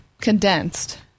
condensed